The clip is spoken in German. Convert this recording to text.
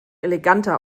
eleganter